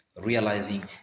realizing